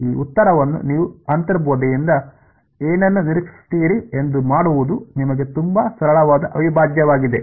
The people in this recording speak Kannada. ಈ ಉತ್ತರವನ್ನು ನೀವು ಅಂತರ್ಬೋಧೆಯಿಂದ ಏನನ್ನು ನಿರೀಕ್ಷಿಸುತ್ತೀರಿ ಎಂದು ಮಾಡುವುದು ನಿಮಗೆ ತುಂಬಾ ಸರಳವಾದ ಅವಿಭಾಜ್ಯವಾಗಿದೆ